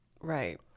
Right